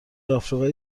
آفریقای